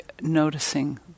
noticing